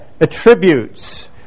attributes